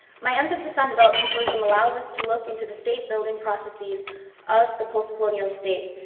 my emphasis on developmentalism allows us to look into the state-building processes of the post-colonial state,